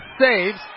saves